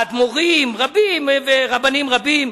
האדמו"רים ורבנים רבים.